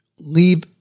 leave